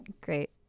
great